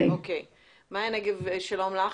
שלום לך.